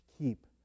keep